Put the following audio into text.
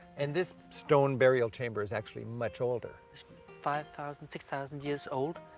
and this stone burial chamber is actually much older. it's five thousand, six thousand years old.